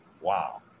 wow